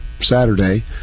Saturday